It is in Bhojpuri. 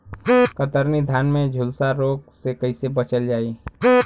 कतरनी धान में झुलसा रोग से कइसे बचल जाई?